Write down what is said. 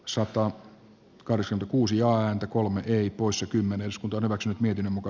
sorro kahdeksan kuusi joan colomeri poissa kymmenes putoilevat miten muka